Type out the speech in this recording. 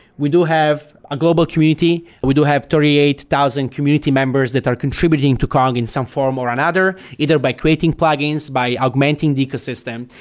we do have a global community. we do have thirty eight thousand community members that are contributing to kong in some form or another either by creating plugins by augmenting the ecosystem.